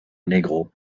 negro